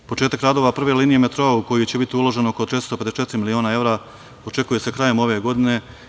Početak radova prve linije metroa, u koji će biti uloženo oko 454 miliona evra, očekuje se krajem ove godine.